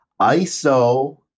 ISO